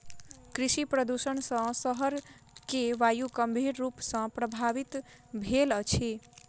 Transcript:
कृषि प्रदुषण सॅ शहर के वायु गंभीर रूप सॅ प्रभवित भेल अछि